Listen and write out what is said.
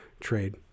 trade